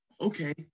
okay